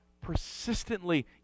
persistently